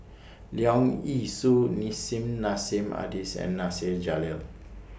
Leong Yee Soo Nissim Nassim Adis and Nasir Jalil